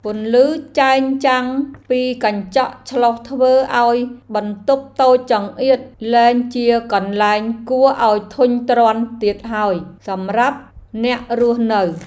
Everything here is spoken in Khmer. ពន្លឺចែងចាំងពីកញ្ចក់ឆ្លុះធ្វើឱ្យបន្ទប់តូចចង្អៀតលែងជាកន្លែងគួរឱ្យធុញទ្រាន់ទៀតហើយសម្រាប់អ្នករស់នៅ។